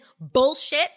bullshit